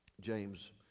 James